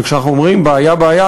וכשאנחנו אומרים בעיה-בעיה,